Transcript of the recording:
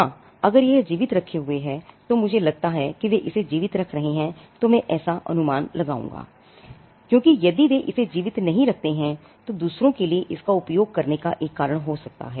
हां अगर यह इसे जीवित रखे हुए है और मुझे लगता है कि वे इसे जीवित रख रहे हैं तो मैं ऐसा अनुमान लगाऊंगा क्योंकि यदि वे इसे जीवित नहीं रखते हैं तो दूसरों के लिए इसका उपयोग करने का एक कारण हो सकता है